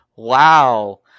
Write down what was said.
wow